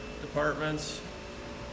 departments